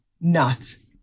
nuts